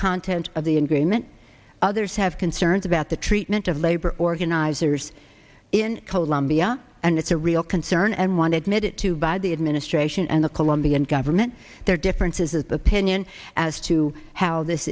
content of the agreement others have concerns about the treatment of labor organizers in colombia and it's a real concern and one admitted to by the administration and the colombian government differences of opinion as to how this